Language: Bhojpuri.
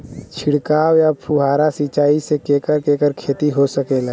छिड़काव या फुहारा सिंचाई से केकर केकर खेती हो सकेला?